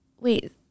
wait